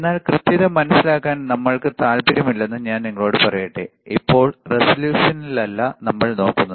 എന്നാൽ കൃത്യത മനസിലാക്കാൻ നമ്മൾക്ക് താൽപ്പര്യമില്ലെന്ന് ഞാൻ നിങ്ങളോട് പറയട്ടെ ഇപ്പോൾ റെസല്യൂഷനല്ല നമ്മൾ നോക്കുന്നത്